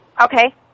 Okay